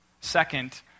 Second